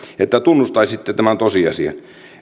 että tunnustaisitte tämän tosiasian